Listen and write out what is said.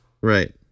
Right